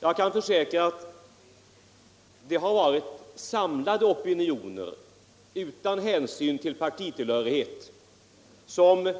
Jag kan försäkra att det har varit samlade opinioner utan hänsyn till partitillhörighet som